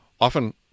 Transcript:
often